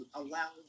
allow